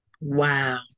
wow